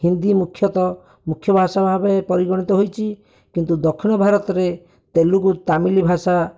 ହିନ୍ଦୀ ମୁଖ୍ୟତଃ ମୁଖ୍ୟ ଭାଷା ଭାବେ ପରିଗଣିତ ହୋଇଛି କିନ୍ତୁ ଦକ୍ଷିଣ ଭାରତରେ ତେଲୁଗୁ ତାମିଲ ଭାଷା